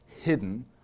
hidden